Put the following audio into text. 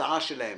ההצעה שלהם